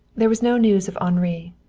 there was no news of henri,